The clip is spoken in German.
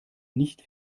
nicht